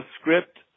script